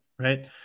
Right